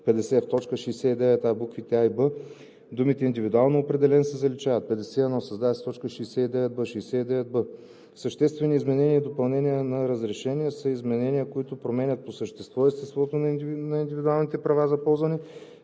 т. 69а, букви „а“ и „б“ думите „индивидуално определен“ се заличават. 51. Създава се т. 69б: „69б. „Съществени изменения и допълнения на разрешение“ са изменения, които променят по същество естеството на индивидуалните права за ползване,